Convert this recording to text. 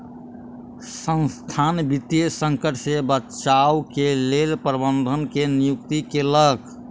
संसथान वित्तीय संकट से बचाव के लेल प्रबंधक के नियुक्ति केलक